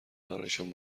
برایشان